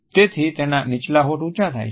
તેથી તેના નીચલા હોઠ ઊંચા થાય છે